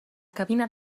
cabina